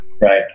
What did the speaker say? right